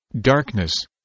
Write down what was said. darkness